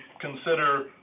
consider